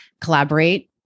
collaborate